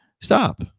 stop